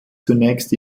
zunächst